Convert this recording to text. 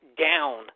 down